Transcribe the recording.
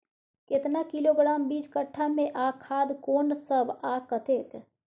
केतना किलोग्राम बीज कट्ठा मे आ खाद कोन सब आ कतेक?